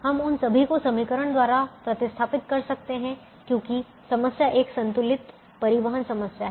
हम उन सभी को समीकरणों द्वारा प्रतिस्थापित कर सकते हैं क्योंकि समस्या एक संतुलित परिवहन समस्या है